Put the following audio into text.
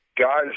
guys